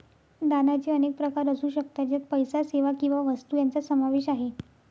दानाचे अनेक प्रकार असू शकतात, ज्यात पैसा, सेवा किंवा वस्तू यांचा समावेश आहे